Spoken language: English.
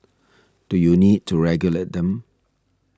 do you need to regulate them